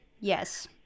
yes